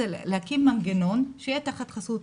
להקים מנגנון שיהיה תחת חסות